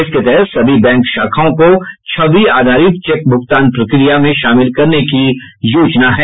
इसके तहत सभी बैंक शाखाओं को छवि आधारित चेक भुगतान प्रक्रिया में शामिल करने की योजना है